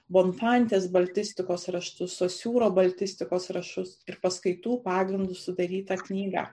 bonfantės baltistikos raštus sosiūro baltistikos raštus ir paskaitų pagrindu sudarytą knygą